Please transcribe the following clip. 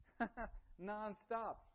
nonstop